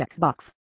checkbox